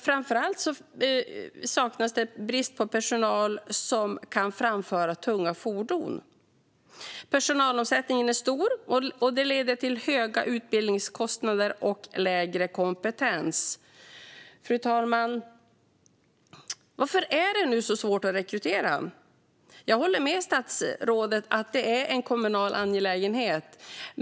Framför allt råder det brist på personal som kan framföra tunga fordon. Personalomsättningen är stor, vilket leder till höga utbildningskostnader och lägre kompetens. Fru talman! Varför är det då så svårt att rekrytera? Jag håller med statsrådet om att det är en kommunal angelägenhet.